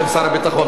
בשם שר הביטחון,